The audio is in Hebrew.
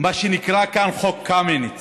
מה שנקרא כאן "חוק קמיניץ".